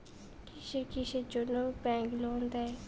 কিসের কিসের জন্যে ব্যাংক লোন দেয়?